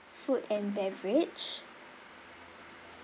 food and beverage